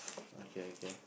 okay okay